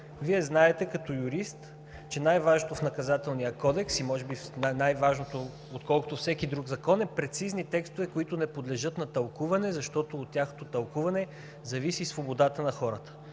Вие знаете като юрист, че най-важното в Наказателния кодекс и може би най-важното, отколкото всеки друг закон, е прецизни текстове, които не подлежат на тълкуване, защото от тяхното тълкуване зависи свободата на хората.